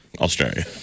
Australia